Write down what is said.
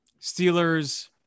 Steelers